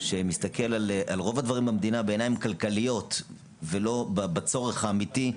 שמסתכל על רוב הדברים במדינה בעיניים כלכליות ולא בצורך האמיתי.